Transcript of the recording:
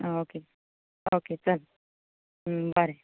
आं okay okay चल बरें